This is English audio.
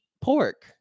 pork